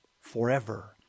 forever